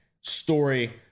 story